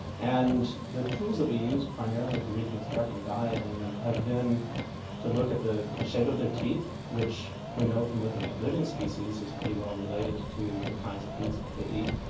and the tools that we use primarily for reconstructing diet in them have been to look at the the shape of their teeth, which we know from looking at living species is pretty well related to the kinds of foods that they eat.